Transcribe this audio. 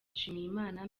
nshimiyimana